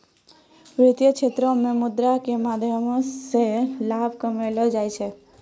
वित्तीय क्षेत्रो मे मुद्रा के माध्यमो से लाभ कमैलो जाय छै